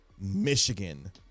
Michigan